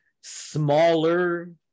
smaller